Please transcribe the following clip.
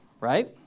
right